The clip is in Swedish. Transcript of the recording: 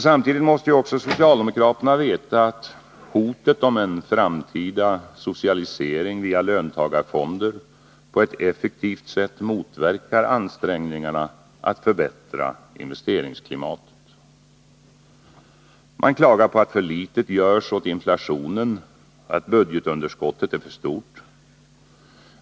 Samtidigt måste socialdemokrater na veta att hotet om en framtida socialisering via löntagarfonder på ett effektivt sätt motverkar ansträngningarna att förbättra investeringsklimatet. Man klagar på att för litet görs åt inflationen och att budgetunderskottet är för stort.